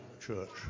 church